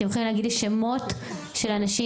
אתם יכולים להגיד לי שמות של אנשים,